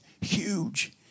huge